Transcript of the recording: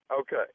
Okay